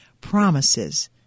promises